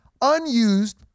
unused